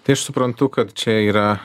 tai aš suprantu kad čia yra